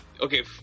okay